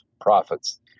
profits